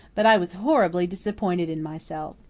but i was horribly disappointed in myself.